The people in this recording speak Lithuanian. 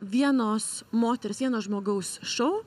vienos moters vieno žmogaus šou